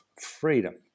freedom